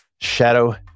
Shadow